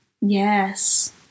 Yes